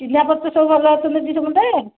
ଚିହ୍ନାପରିଚୟ ସବୁ ଭଲ ଅଛନ୍ତି ଟି ସମସ୍ତେ